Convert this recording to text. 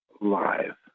live